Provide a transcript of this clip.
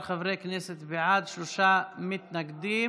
13 חברי כנסת בעד, שלושה מתנגדים.